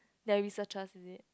their researchers is it